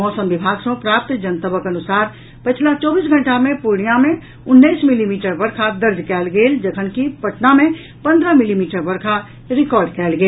मौसम विभाग सँ प्राप्त जनतबक अनुसार पछिला चौबीस घंटा मे पूर्णियां मे उन्नैस मिलीमीटर वर्षा दर्ज कयल गेल जखनकि पटना मे पन्द्रह मिलीमीटर वर्षा रिकॉर्ड कयल गेल